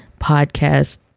podcast